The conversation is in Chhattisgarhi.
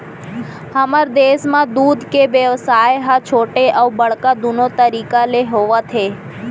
हमर देस म दूद के बेवसाय ह छोटे अउ बड़का दुनो तरीका ले होवत हे